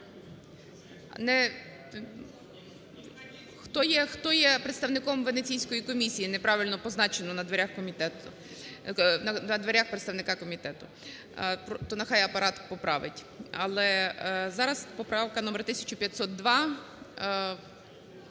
Хто є представником Венеційської комісії – неправильно позначено на дверях комітету, на дверях представника комітету. То нехай Апарат поправить. Але зараз поправка номер 1502.